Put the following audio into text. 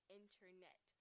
internet